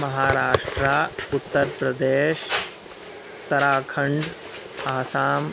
महाराष्ट्रा उत्तरप्रदेशः उत्तराखण्ड् असाम्